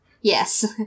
Yes